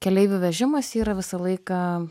keleivių vežimas yra visą laiką